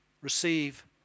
receive